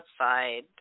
outside